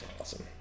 awesome